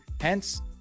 hence